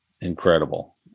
incredible